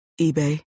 eBay